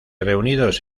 reunidos